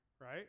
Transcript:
right